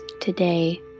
today